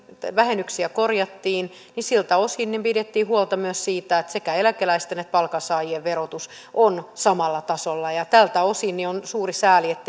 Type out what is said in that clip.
vähennyksiä korjattiin siltä osin pidettiin huolta myös siitä että eläkeläisten ja palkansaajien verotus on samalla tasolla tältä osin on suuri sääli että